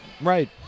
Right